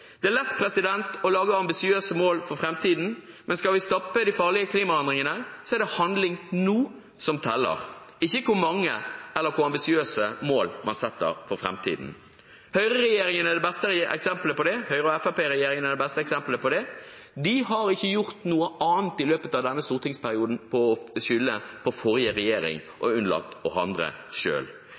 Det er lett å lage ambisiøse mål for framtiden, men skal vi stoppe de farlige klimaendringene, er det handling nå som teller – ikke hvor mange eller hvor ambisiøse mål man setter for framtiden. Høyre–Fremskrittspartiet-regjeringen er det beste eksempelet på det. De har ikke gjort noe annet i løpet av denne stortingsperioden enn å skylde på den forrige regjeringen og unnlate å handle